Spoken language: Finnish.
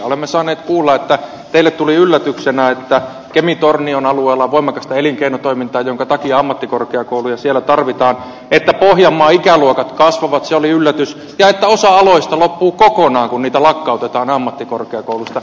olemme saaneet kuulla että teille tuli yllätyksenä että kemitornion alueella on voimakasta elinkeinotoimintaa jonka takia ammattikorkeakouluja siellä tarvitaan että pohjanmaan ikäluokat kasvavat se oli yllätys ja että osa aloista loppuu kokonaan kun niitä lakkautetaan ammattikorkeakouluista